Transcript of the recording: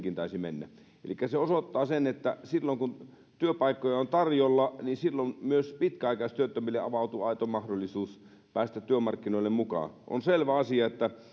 taisi mennä elikkä se osoittaa sen että silloin kun työpaikkoja on tarjolla silloin myös pitkäaikaistyöttömille avautuu aito mahdollisuus päästä työmarkkinoille mukaan on selvä asia että